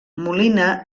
molina